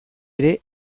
ere